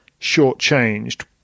shortchanged